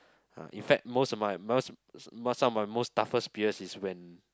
ah in fact most of my most most of most toughest periods is when